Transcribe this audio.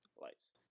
Lights